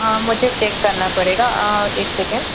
हाँ मुझे चेक करना पड़ेगा एक सेकेंड